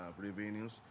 revenues